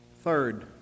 Third